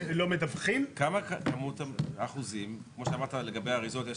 כמה כמות האחוזים, כמו שאמרת לגבי האריזות.